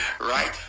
Right